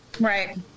Right